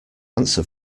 answer